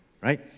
right